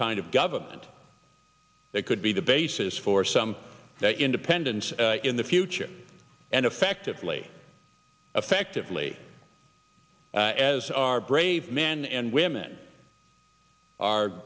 kind of government that could be the basis for some independence in the future and effectively effectively as our brave men and women are